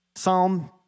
Psalm